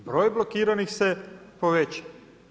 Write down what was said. Broj blokiranih se povećao.